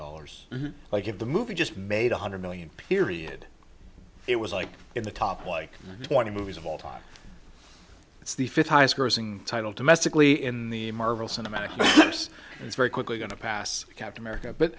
dollars like if the movie just made a hundred million period it was like in the top twenty movies of all time it's the fifth highest grossing title domestically in the marvel cinematic it's very quickly going to pass kept america but